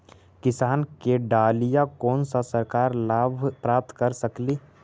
किसान के डालीय कोन सा सरकरी लाभ प्राप्त कर सकली?